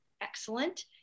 Excellent